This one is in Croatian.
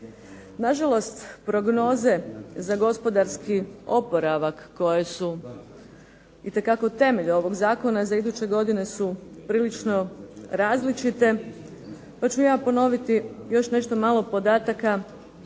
Na žalost prognoze za gospodarski oporavak koje su itekako temelj ovog zakona za iduće godine su prilično različite, pa ću ja ponoviti još nešto malo podataka